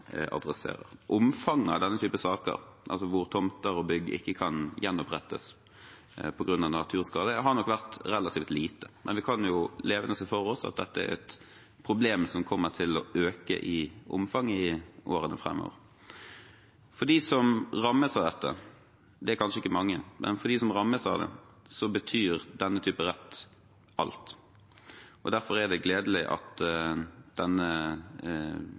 adresserer. Omfanget av slike saker, altså hvor tomter og bygg ikke kan gjenopprettes på grunn av naturskade, har nok vært relativt lite, men vi kan levende se for oss at dette er et problem som kommer til å øke i omfang i årene framover. For dem som rammes av dette, det er kanskje ikke mange, men for dem betyr denne type rett alt. Derfor er det gledelig at